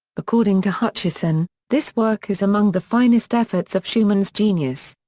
according to hutcheson, this work is among the finest efforts of schumann's genius.